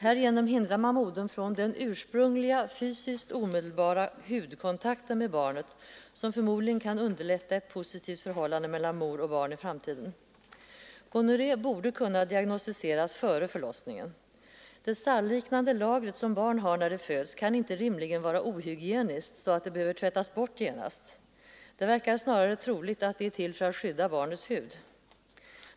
Härigenom hindrar man modern från den ursprungliga, fysiskt omedelbara hudkontakten med barnet som förmodligen kan underlätta ett positivt förhållande mellan mor och barn för framtiden. Gonorré borde kunna diagnostiseras före förlossningen. Det salvliknande lagret som barn har när de föds kan inte rimligen vara ohygieniskt så att det behöver tvättas bort genast. Det verkar snarare troligt att det är till för att skydda barnets hud.